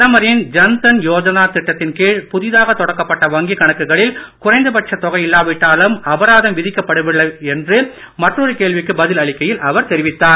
பிரதமரின் ஜன்தன் யோஜனா திட்டத்தின் கீழ் புதிதாக தொடக்கப்பட்ட வங்கி கணக்குகளில் குறைந்த பட்ச தொகை இல்லாவிட்டாலும் அபராதம் விதிக்கப்படுவதில்லை என்று மற்றொரு கேள்விக்கு பதில் அளிக்கையில் அவர் தெரிவித்தார்